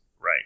Right